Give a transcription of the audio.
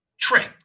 trick